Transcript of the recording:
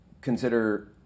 consider